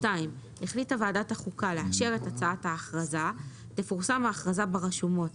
תפורסם ההכרזה ברשומות